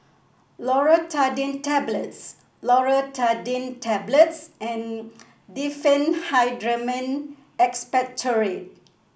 Loratadine Tablets Loratadine Tablets and Diphenhydramine Expectorant